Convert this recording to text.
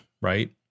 right